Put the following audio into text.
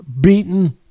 beaten